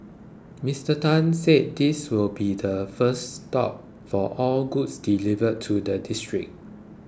Mister Tan said this will be the first stop for all goods delivered to the district